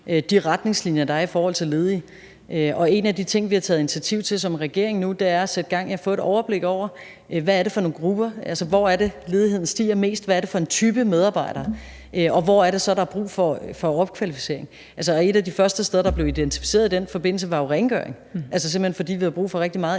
er i forhold til ledige, og en af de ting, som vi har taget initiativ til som regering nu, er at sætte gang i at få et overblik over, hvad det er for nogle grupper, altså hvor det er, ledigheden stiger mest, hvad det er for en type medarbejdere, og hvor det så er, der er brug for opkvalificering. Et af de første steder, der blev identificeret i den forbindelse, var jo rengøring, fordi vi havde brug for rigtig meget ekstra